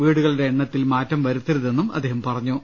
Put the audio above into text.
വീടുകളുടെ എണ്ണ ത്തിൽ മാറ്റം വരുത്തരുതെന്നും അദ്ദേഹം പറഞ്ഞു